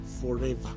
forever